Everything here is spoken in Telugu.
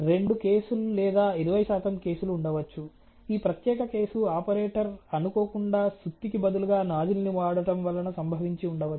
రెండు కేసులు లేదా 20 శాతం కేసులు ఉండవచ్చు ఈ ప్రత్యేక కేసు ఆపరేటర్ అనుకోకుండా సుత్తి కి బదులుగా నాజిల్ను వాడటం వలన సంభవించి ఉండవచ్చు